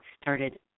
started